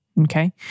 okay